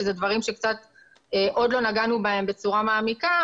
שאלה דברים שעוד לא נגענו בהם בצורה מעמיקה,